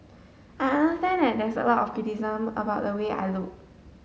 I understand that there's a lot of criticism about the way I look